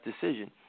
decision